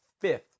fifth